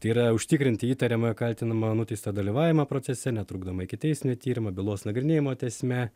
tai yra užtikrinti įtariamojo kaltinamojo nuteistojo dalyvavimą procese netrukdomai ikiteisminio tyrimo bylos nagrinėjimo tęsime